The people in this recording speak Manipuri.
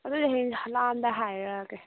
ꯑꯗꯨꯗꯤ ꯍꯌꯦꯡ ꯂꯥꯑꯝꯗ ꯍꯥꯏꯔꯛꯑꯒꯦ